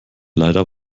leider